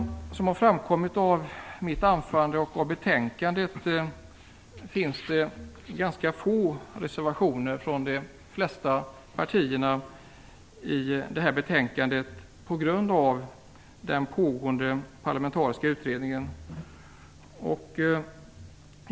Som det har framkommit av mitt anförande finns det ganska få reservationer från de flesta partier på grund av den pågående parlamentariska utredningen.